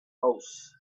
house